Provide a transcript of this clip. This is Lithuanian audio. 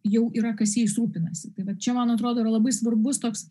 jau yra kas jais rūpinasi tai vat čia man atrodo yra labai svarbus toks